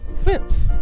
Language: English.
fence